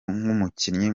nk’umukinnyi